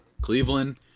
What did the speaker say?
Cleveland